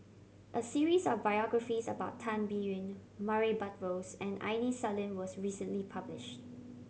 a series of biographies about Tan Biyun Murray Buttrose and Aini Salim was recently published